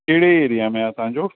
कहिड़े एरिया में आहे तव्हांजो